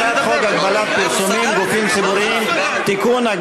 הצעת חוק הגבלת פרסומים (גופים ציבוריים) (תיקון,